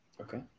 Okay